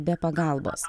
be pagalbos